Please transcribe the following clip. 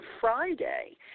Friday